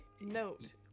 note